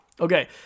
Okay